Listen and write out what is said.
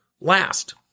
Last